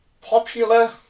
Popular